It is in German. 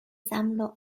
sammlung